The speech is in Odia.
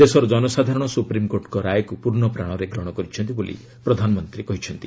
ଦେଶର ଜନସାଧାରଣ ସୁପ୍ରିମ୍କୋର୍ଟଙ୍କ ରାୟକୁ ପୂର୍ଣ୍ଣ ପ୍ରାଣରେ ଗ୍ରହଣ କରିଛନ୍ତି ବୋଲି ପ୍ରଧାନମନ୍ତ୍ରୀ କହିଛନ୍ତି